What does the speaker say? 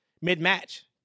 mid-match